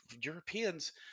Europeans